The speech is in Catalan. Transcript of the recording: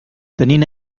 tenint